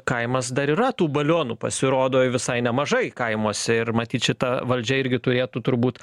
kaimas dar yra tų balionų pasirodo visai nemažai kaimuose ir matyt šita valdžia irgi turėtų turbūt